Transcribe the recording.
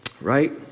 right